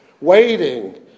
waiting